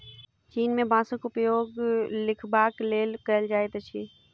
चीन में बांसक उपयोग लिखबाक लेल कएल जाइत अछि